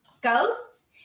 ghosts